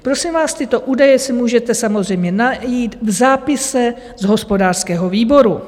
Prosím vás, tyto údaje si můžete samozřejmě najít v zápise z hospodářského výboru.